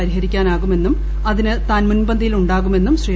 അവ പരിഹരിക്കാനാകുമെന്നും അതിന് താൻ മുമ്പന്തിയിൽ ഉണ്ടാകുമെന്നും ശ്രീ